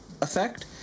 effect